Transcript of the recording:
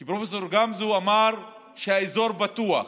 כי פרופ' גמזו אמר שהאזור בטוח.